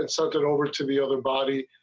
inserted over to the other body.